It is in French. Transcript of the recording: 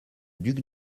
duc